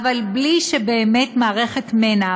אבל בלי שמערכת מנע,